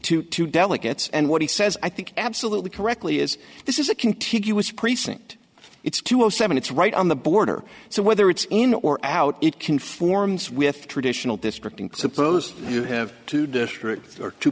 to two delegates and what he says i think absolutely correctly is this is a contiguous precinct it's two zero seven it's right on the border so whether it's in or out it conforms with traditional district and suppose you have two districts or two